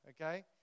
Okay